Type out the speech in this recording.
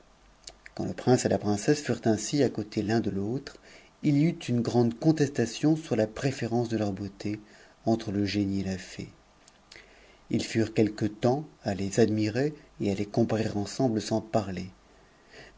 quand le prince et la princesse furent ainsi à côté l'un de l'autre il y eut une grande contestation sur la préférence de leur beauté entre le uic et la fée ils furent quelque temps à les admirer et a les comparer fmmnme sans parler